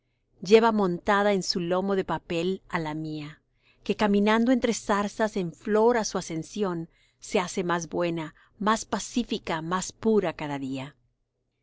lleva montada en su lomo de papel á la mía que caminando entre zarzas en flor á su ascensión se hace más buena más pacífica más pura cada día